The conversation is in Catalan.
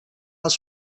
els